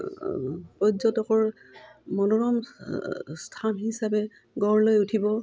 পৰ্যটকৰ মনোৰম স্থান হিচাপে গঢ় লৈ উঠিব